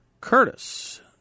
Curtis